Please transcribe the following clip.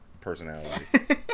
personality